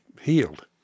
healed